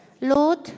Lord